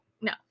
No